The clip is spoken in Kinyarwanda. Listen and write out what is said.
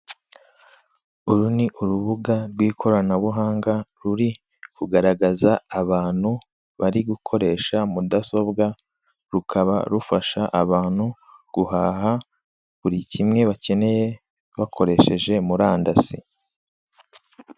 Uru ni urubuga rw'ikoranabuhanga, ruri kugaragaza abantu bari gukoresha mudasobwa, rukaba rufasha abantu guhaha buri kimwe bakeneye, bakoresheje murandasi.